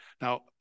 Now